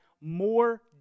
more